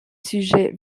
sujets